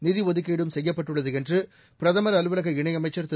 நிதி ஒதுக்கீடும் செய்யப்பட்டுள்ளது என்று பிரதமர் அலுவலக இணையமைச்சர் திரு